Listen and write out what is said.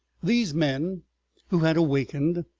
these men who had awakened,